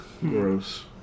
Gross